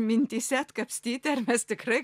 mintyse atkapstyti ar mes tikrai